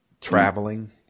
Traveling